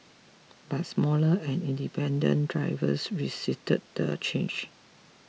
but smaller and independent drivers resisted the change